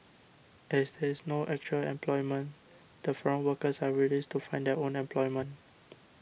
as there is no actual employment the foreign workers are released to find their own employment